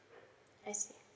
I see